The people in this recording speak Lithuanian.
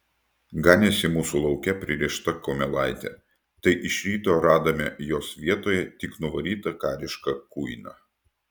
ganėsi mūsų lauke pririšta kumelaitė tai iš ryto radome jos vietoje tik nuvarytą karišką kuiną